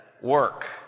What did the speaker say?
work